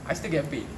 I still get paid